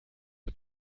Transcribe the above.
mit